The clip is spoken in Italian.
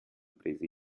presa